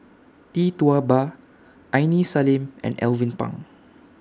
Tee Tua Ba Aini Salim and Alvin Pang